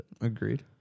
Agreed